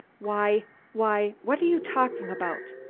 why why! what are you talking about?